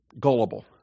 gullible